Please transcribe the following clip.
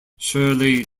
shirley